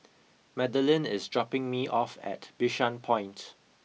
Madelyn is dropping me off at Bishan Point